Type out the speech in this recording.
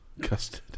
custard